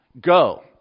Go